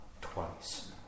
twice